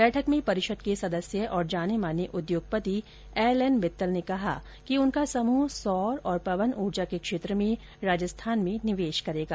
बैठक में परिषद के सदस्य एवं जाने माने उद्योगपति एलएन मित्तल ने कहा कि उनका समूह सौर और पवन उर्जा के क्षेत्र में राजस्थान में निवेश करेगा